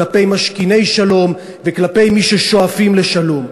כלפי משכיני שלום וכלפי מי ששואפים לשלום.